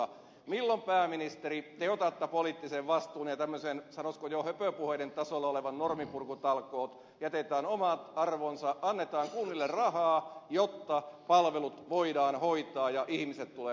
milloin pääministeri te otatte poliittisen vastuun ja tämmöiset sanoisiko jo höpöpuheiden tasolla olevat norminpurkutalkoot jätetään omaan arvoonsa annetaan kunnille rahaa jotta palvelut voidaan hoitaa ja ihmiset tulevat hoidetuiksi